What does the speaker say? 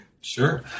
Sure